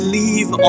leave